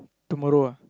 tomorrow ah